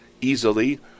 easily